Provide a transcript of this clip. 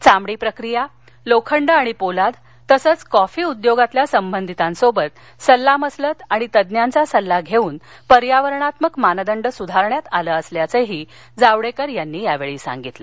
चामडी प्रक्रिया लोखंड आणि पोलाद तसंच कॉफी उद्योगातील संबंधितांसोबत सल्लामसलत आणि तज्ञांचा सल्ला घेऊन पर्यावरणात्मक मानदंड सुधाऱण्यात आले असल्याचंही जावडेकर यांनी सांगितलं